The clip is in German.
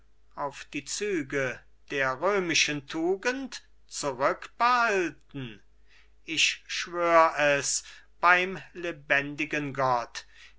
auf die züge der römischen tugend zurückbehalten ich schwör es beim lebendigen gott